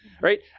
right